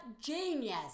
genius